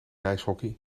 ijshockey